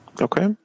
Okay